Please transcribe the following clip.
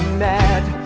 mad